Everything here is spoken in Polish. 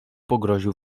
pogroził